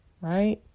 right